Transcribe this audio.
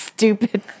Stupid